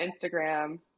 Instagram